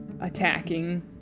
attacking